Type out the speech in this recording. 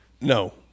No